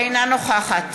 אינה נוכחת